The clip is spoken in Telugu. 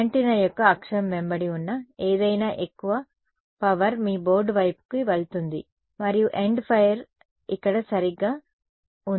యాంటెన్నా యొక్క అక్షం వెంబడి ఉన్న ఏదైనా ఎక్కువ శక్తి మీ బోర్డు వైపుకు వెళుతుంది మరియు ఎండ్ ఫైర్ ఇక్కడ సరిగ్గా ఉంది